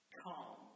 calm